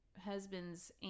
husband's